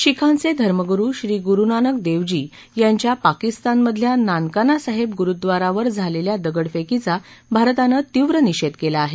शीखांचे धर्मगुरु श्री गुरु नानक देवजी यांच्या पाकिस्तानमधल्या नानकाना साहेब गुरुद्वारावर झालेल्या दगडफेकीचा भारतानं तीव्र निषेध केला आहे